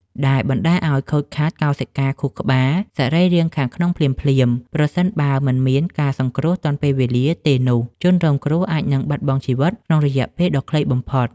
ដែលបណ្តាលឱ្យខូចខាតកោសិកាខួរក្បាល និងសរីរាង្គខាងក្នុងភ្លាមៗ ប្រសិនបើមិនមានការសង្គ្រោះទាន់ពេលវេលាទេនោះ ជនរងគ្រោះអាចនឹងបាត់បង់ជីវិតក្នុងរយៈពេលដ៏ខ្លីបំផុត។